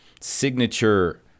signature